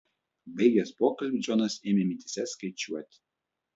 baigęs pokalbį džonas ėmė mintyse skaičiuoti